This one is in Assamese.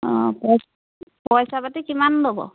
অঁ পই পইচা পাতি কিমান ল'ব